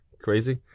crazy